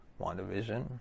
wandavision